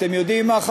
אתם יודעים מה,